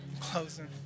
closing